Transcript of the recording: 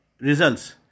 results